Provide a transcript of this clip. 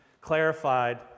clarified